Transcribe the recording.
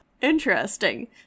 Interesting